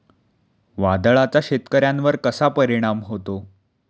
वादळाचा शेतकऱ्यांवर कसा परिणाम होतो?